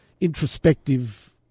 introspective